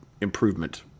improvement